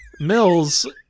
Mills